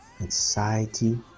anxiety